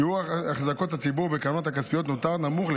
שיעור החזקות הציבור בקרנות הכספיות נותר נמוך.